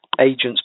agents